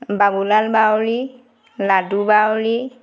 Babulal Bauri Ladu Bauri